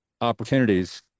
opportunities